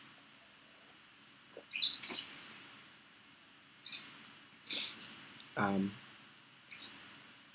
um